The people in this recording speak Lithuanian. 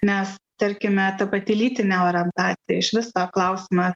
nes tarkime ta pati lytinė orientacija išvis tą klausimą